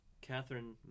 Catherine